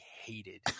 hated